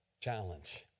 challenge